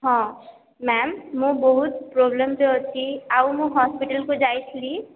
ହଁ ମ୍ୟାମ୍ ମୁଁ ବହୁତ ପ୍ରୋବ୍ଲେମ୍ ରେ ଅଛି ଆଉ ମୁଁ ହସ୍ପିଟାଲ କୁ ଯାଇଥିଲି